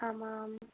आम् आम्